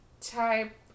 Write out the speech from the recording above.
type